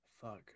Fuck